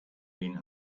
been